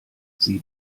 sie